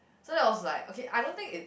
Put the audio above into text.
so that was like okay I don't think it